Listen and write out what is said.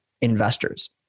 investors